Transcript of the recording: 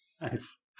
Nice